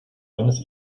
eines